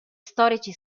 storici